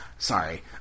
Sorry